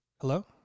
Hello